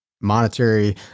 monetary